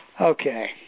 Okay